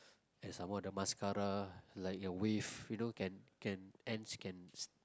and some more the mascara like a wave you know can can ends can